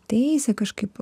teisia kažkaip